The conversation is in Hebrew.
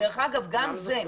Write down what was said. דרך אגב גם זה, נכון.